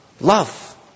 love